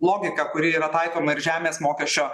logiką kuri yra taikoma ir žemės mokesčio